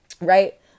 right